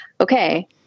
okay